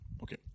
Okay